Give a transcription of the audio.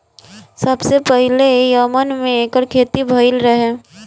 सबसे पहिले यमन में एकर खेती भइल रहे